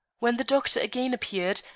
when the doctor again appeared,